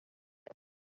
على